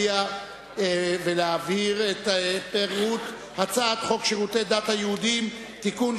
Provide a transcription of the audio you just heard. את הצעת חוק שירותי הדת היהודיים (תיקון,